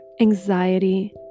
anxiety